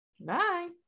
Bye